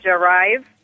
Arrive